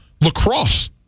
lacrosse